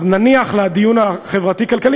אז נניח לדיון החברתי-כלכלי,